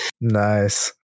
nice